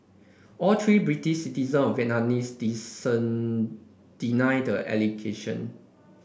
all three British citizen of Vietnamese descent deny the allegation